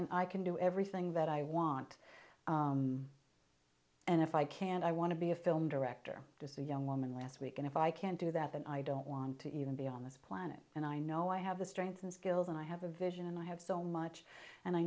and i can do everything that i want and if i can i want to be a film director decision woman last week and if i can't do that then i don't want to even be on this planet and i know i have the strength and skills and i have a vision and i have so much and i